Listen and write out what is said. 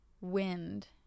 wind